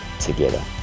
together